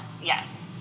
yes